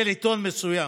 של עיתון מסוים.